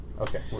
Okay